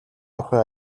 ахуй